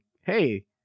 hey